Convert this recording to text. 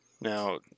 Now